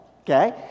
okay